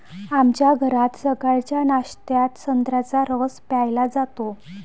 आमच्या घरात सकाळच्या नाश्त्यात संत्र्याचा रस प्यायला जातो